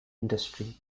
industry